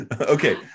okay